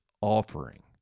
offering